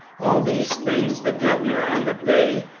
all these things the governor on the bay,